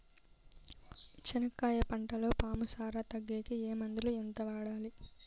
చెనక్కాయ పంటలో పాము సార తగ్గేకి ఏ మందులు? ఎంత వాడాలి?